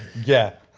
yeah